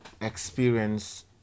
experience